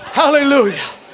hallelujah